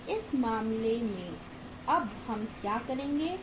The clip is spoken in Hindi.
तो इस मामले में अब हम क्या करेंगे